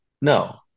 no